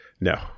No